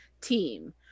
team